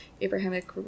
Abrahamic